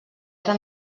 ara